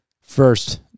first